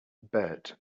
bert